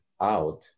out